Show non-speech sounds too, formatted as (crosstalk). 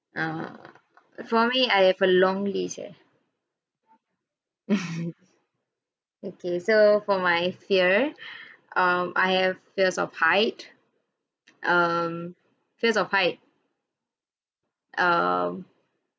err for me I have a long list eh (laughs) okay so for my fear (breath) um I have fears of height um fears of height um